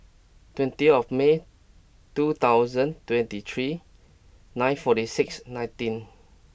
twenty of May two thousand and twenty three nine forty six nineteen